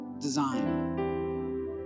design